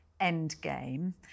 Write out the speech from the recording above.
Endgame